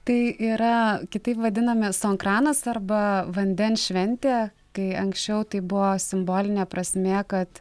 tai yra kitaip vadinami sonkranas arba vandens šventė kai anksčiau tai buvo simbolinė prasmė kad